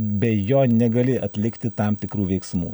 bei jo negali atlikti tam tikrų veiksmų